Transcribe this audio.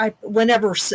Whenever